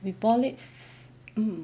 we boil it